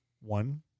One